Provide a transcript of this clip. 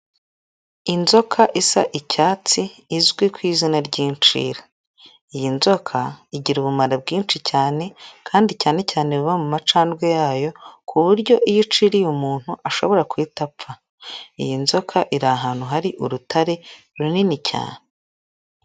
Inzoka isa icyatsi izwi ku izina ry'inshira, iyi nzoka igira ubumara bwinshi cyane kandi cyane cyane buba mu macandwe yayo ku buryo iyo uciriye umuntu ashobora guhita apfa, iyi nzoka iri ahantu hari urutare runini cyane.